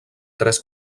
tres